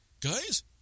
guys